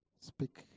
speak